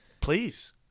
please